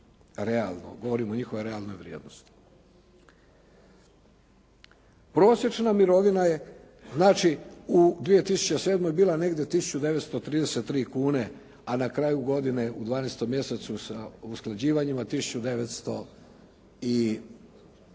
realno, govorim o njihovoj realnoj vrijednosti. Prosječna mirovina je znači u 2007. bila negdje 1.933,00 kune, a na kraju godine u 12. mjesecu sa usklađivanjima